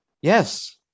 Yes